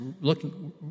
looking